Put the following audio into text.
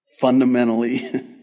fundamentally